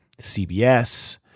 CBS